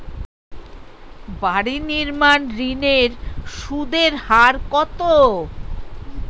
বাড়ি নির্মাণ ঋণের সুদের হার কত?